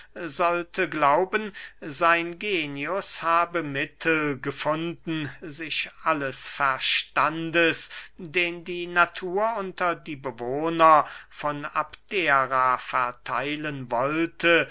sollte glauben sein genius habe mittel gefunden sich alles verstandes den die natur unter die bewohner von abdera vertheilen wollte